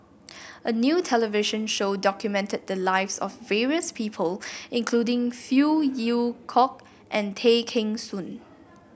a new television show documented the lives of various people including Phey Yew Kok and Tay Kheng Soon